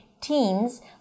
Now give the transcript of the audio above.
teens